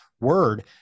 word